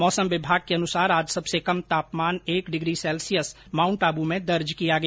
मौसम विभाग के अनुसार आज सबसे कम तापमान एक डिग्री सैल्सियस माउंट आबू में दर्ज किया गया